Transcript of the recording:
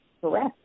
Correct